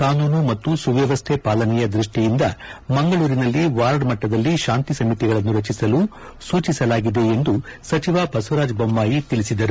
ಕಾನೂನು ಮತ್ತು ಸುವ್ಯವಸ್ಥೆ ಪಾಲನೆಯ ದೃಷ್ಟಿಯಿಂದ ಮಂಗಳೂರಿನಲ್ಲಿ ವಾರ್ಡ್ ಮಟ್ಟದಲ್ಲಿ ಶಾಂತಿ ಸಮಿತಿಗಳನ್ನು ರಚಿಸಲು ಸೂಚಿಸಲಾಗಿದೆ ಎಂದು ಸಚಿವ ಬಸವರಾಜ ಬೊಮ್ಮಾಯಿ ತಿಳಿಸಿದರು